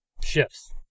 shifts